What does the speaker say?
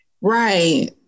Right